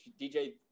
DJ